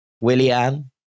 Willian